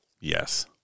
Yes